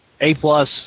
A-plus